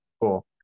cool